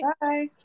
Bye